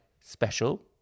special